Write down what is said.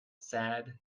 sad